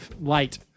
light